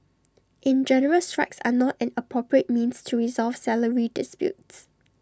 in general strikes are not an appropriate means to resolve salary disputes